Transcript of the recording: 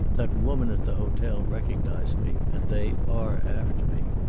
that woman at the hotel recognized me, and they are after me.